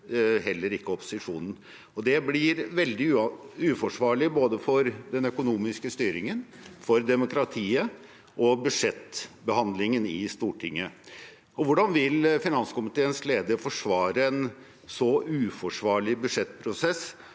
heller ikke opposisjonen. Det blir veldig uforsvarlig, både for den økonomiske styringen, for demokratiet og for budsjettbehandlingen i Stortinget. Hvordan vil finanskomiteens leder forsvare en så uforsvarlig budsjettprosess